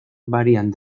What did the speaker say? varían